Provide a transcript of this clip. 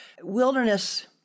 wilderness